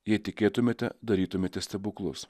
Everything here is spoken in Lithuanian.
jei tikėtumėte darytumėte stebuklus